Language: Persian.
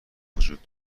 وجود